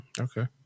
Okay